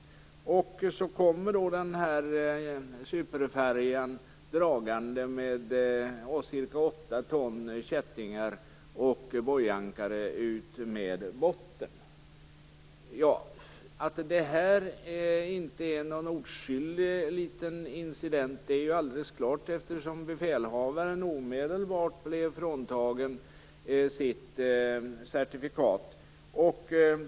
Så kommer då denna superfärja dragande med ca 8 ton kättingar och bojankare utmed botten. Att detta inte är någon oskyldig liten incident är alldeles klart, eftersom befälhavaren omedelbart blev fråntagen sitt certifikat.